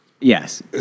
Yes